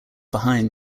behind